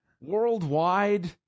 worldwide